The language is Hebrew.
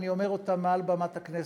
ואני אומר אותם מעל במת הכנסת: